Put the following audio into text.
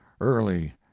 early